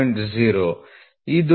1430 ಆಗುತ್ತದೆ ಮತ್ತು ಇದು ಮೈನಸ್ 0